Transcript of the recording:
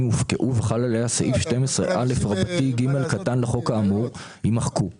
הופקעו וחל עליה סעיף 12א(ג) לחוק האמור" ימחקו .